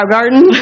Garden